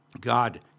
God